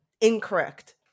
Incorrect